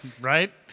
Right